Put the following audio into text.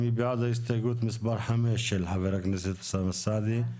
נצביע על הסתייגות מספר 5 של חה"כ אוסאמה סעדי.